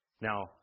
Now